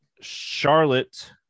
Charlotte